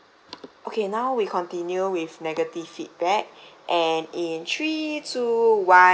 okay now we continue with negative feedback and in three two one